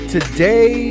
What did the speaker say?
Today